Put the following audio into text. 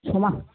সময়